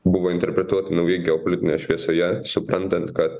buvo interpretuoti naujai geopolitinė šviesoje suprantant kad